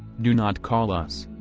do not call us.